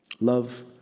Love